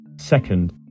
second